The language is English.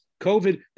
COVID